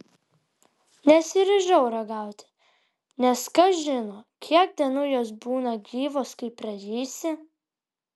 nesiryžau ragauti nes kas žino kiek dienų jos būna gyvos kai prarysi